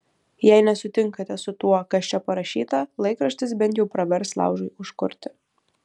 jei nesutinkate su tuo kas čia parašyta laikraštis bent jau pravers laužui užkurti